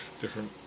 different